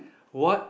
what